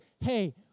hey